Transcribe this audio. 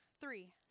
Three